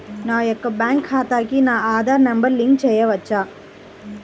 నా యొక్క బ్యాంక్ ఖాతాకి నా ఆధార్ నంబర్ లింక్ చేయవచ్చా?